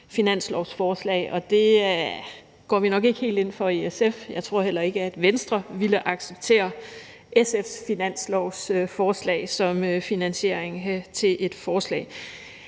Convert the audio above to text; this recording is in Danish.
finanslovsforslag, og det går vi nok ikke helt ind for i SF. Jeg tror heller ikke, at Venstre ville acceptere SF's finanslovsforslag som finansiering til et forslag.